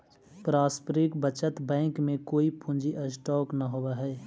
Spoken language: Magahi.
पारस्परिक बचत बैंक में कोई पूंजी स्टॉक न होवऽ हई